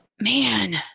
man